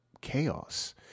chaos